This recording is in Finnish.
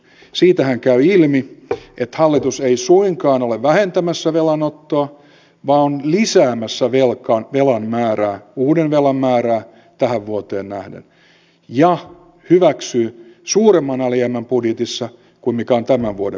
siitähän käy ilmi että hallitus ei suinkaan ole vähentämässä velanottoa vaan on lisäämässä velan määrää uuden velan määrää tähän vuoteen nähden ja hyväksyy suuremman alijäämän budjetissa kuin mikä on tämän vuoden budjetti